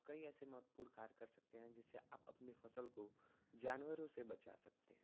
कई ऐसे महत्वपूर्ण कार्य कर सकते हैं जिससे आप अपने फसल को जानवरों से बचा सकते हैं